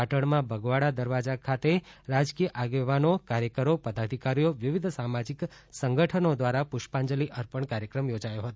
પાટણમાં બગવાડા દરવાજાખાતે રાજકીય આગેવાનો કાર્યકરો પદાધિકારીઓ વિવિધ સામાજીક સંગઠનો દ્વારા પુષ્પાંજલી અર્પણ કાર્યક્રમ યોજાયો હતો